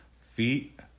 feet